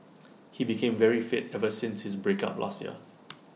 he became very fit ever since his breakup last year